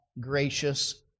gracious